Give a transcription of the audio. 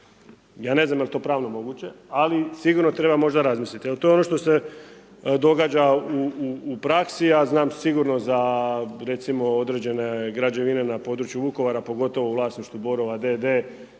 Ja ne znam jel to pravno moguće, ali sigurno treba razmisliti. Evo, to je ono što se događa u praksi. Ja znam sigurno za recimo određene građevine na području Vukovara, pogotovo u vlasništvu Borova d.d.